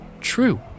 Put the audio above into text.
true